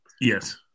Yes